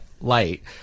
light